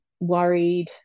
worried